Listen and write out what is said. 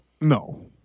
No